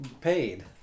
paid